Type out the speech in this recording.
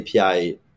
api